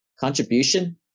Contribution